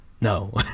no